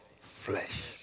flesh